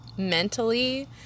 mentally